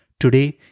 Today